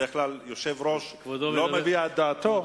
בדרך כלל יושב-ראש לא מביע את דעתו,